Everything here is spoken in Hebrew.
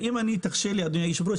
ואם תרשה אדוני היושב-ראש,